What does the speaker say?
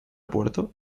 puerto